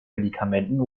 medikamenten